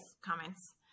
comments